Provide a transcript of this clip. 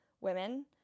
women